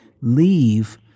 leave